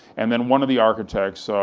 and then one of the architects,